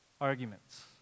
Arguments